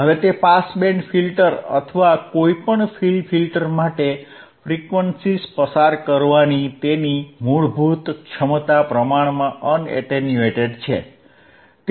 હવે તે pass band filter અથવા કોઈપણ ફિલ ફિલ્ટર માટે ફ્રીક્વન્સીઝ પસાર કરવાની તેની મૂળભૂત ક્ષમતા પ્રમાણમાં અન એટેન્યુએટેડ છે